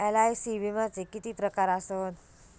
LIC विम्याचे किती प्रकार आसत?